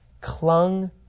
clung